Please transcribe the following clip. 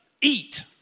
eat